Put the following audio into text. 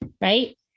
right